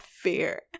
fear